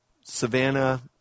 Savannah